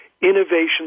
innovation